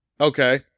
Okay